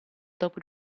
dopo